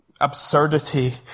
absurdity